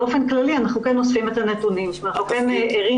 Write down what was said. באופן כללי אנחנו כן אוספים את הנתונים ואנחנו כן ערים